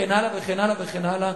וכן הלאה וכן הלאה וכן הלאה.